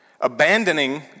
abandoning